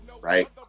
right